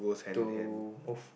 to move